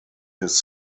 his